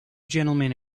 gentlemen